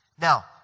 Now